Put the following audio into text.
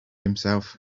himself